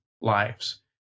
lives